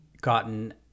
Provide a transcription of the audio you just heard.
gotten